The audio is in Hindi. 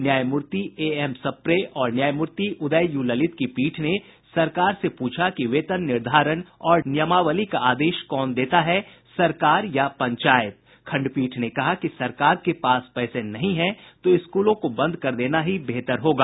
न्यायमूर्ति ए एम सप्रे और न्यायमूर्ति उदय यू ललित की पीठ ने सरकार से पूछा कि वेतन निर्धारण और नियमावली का आदेश कौन देता है सरकार या पंचायत खंडपीठ ने कहा कि सरकार के पास पैसे नहीं हैं तो स्कूलों को बंद कर देना ही बेहतर होगा